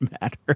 matter